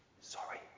Sorry